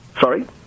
Sorry